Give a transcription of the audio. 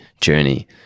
journey